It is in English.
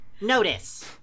Notice